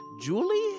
Julie